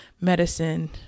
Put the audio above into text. medicine